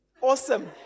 awesome